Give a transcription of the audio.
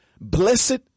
blessed